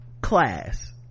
class